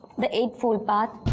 the eightfold path